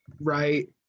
right